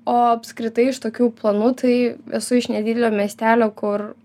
o apskritai iš tokių planų tai esu iš nedidelio miestelio kur